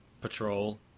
Patrol